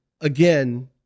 again